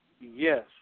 Yes